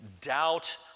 doubt